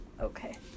Okay